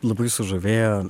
labai sužavėjo